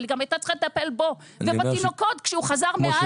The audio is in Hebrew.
אבל היא גם הייתה צריכה לטפל בו ובתינוקות כשהוא חזר מעזה.